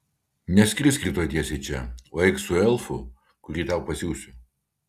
neskrisk rytoj tiesiai čia o eik su elfu kurį tau pasiųsiu